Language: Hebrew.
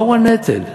מהו הנטל?